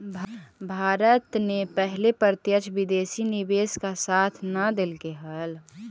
भारत ने पहले प्रत्यक्ष विदेशी निवेश का साथ न देलकइ हल